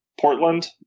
Portland